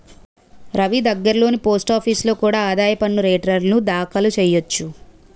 రవీ దగ్గర్లోని పోస్టాఫీసులో కూడా ఆదాయ పన్ను రేటర్న్లు దాఖలు చెయ్యొచ్చు